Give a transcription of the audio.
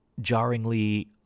jarringly